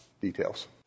details